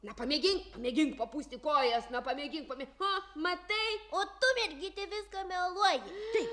na pamėgink pamėgink papūsti kojas na pamėgink matai o tu mergyte viską meluoji tai